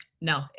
No